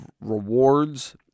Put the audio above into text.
rewards